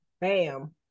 bam